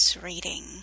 reading